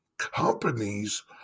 companies